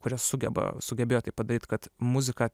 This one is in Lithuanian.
kuris sugeba sugebėjo taip padaryt kad muzika